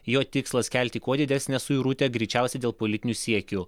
jo tikslas kelti kuo didesnę suirutę greičiausiai dėl politinių siekių